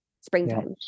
springtime